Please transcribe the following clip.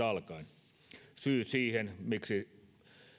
alkaen syy siihen miksi